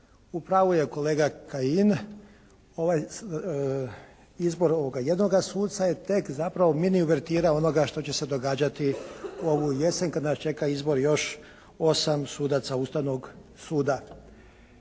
U pravu je kolega Kajin, ovaj izbor ovoga jednoga suca je tek zapravo mini uvertira onoga što će se događati ovu jesen kada nas čekaju izbori, još 8 sudaca Ustavnog suda.